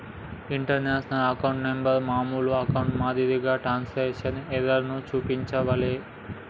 international account number మామూలు అకౌంట్ల మాదిరిగా ట్రాన్స్క్రిప్షన్ ఎర్రర్లను చూపించలే